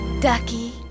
ducky